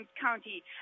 county